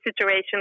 situation